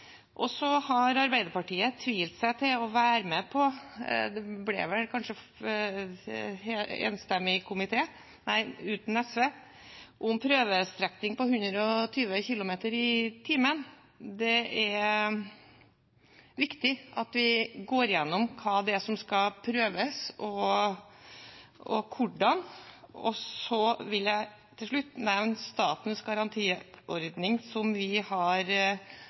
ble vel ikke en enstemmig komité, men uten SV – en prøveordning med 120 km/t. Det er viktig at vi går gjennom hva som skal prøves, og hvordan. Til slutt vil jeg nevne statens garantiordning, som vi har